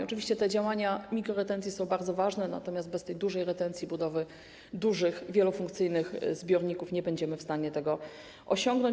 Oczywiście działania mikroretencji są bardzo ważne, natomiast bez dużej retencji, budowy dużych wielofunkcyjnych zbiorników nie będziemy w stanie tego osiągnąć.